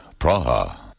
Praha